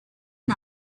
and